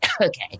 okay